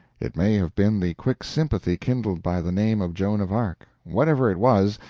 it may have been the quick sympathy kindled by the name of joan of arc whatever it was,